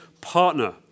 partner